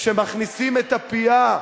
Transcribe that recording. כשמכניסים את הפייה,